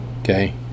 okay